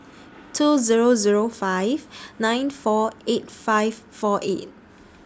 two Zero Zero five nine four eight five four eight